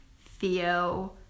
Theo